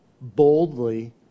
boldly